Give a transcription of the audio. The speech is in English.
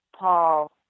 Paul